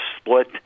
split